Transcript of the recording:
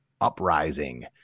uprising